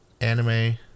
Anime